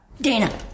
Dana